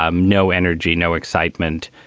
um no energy, no excitement,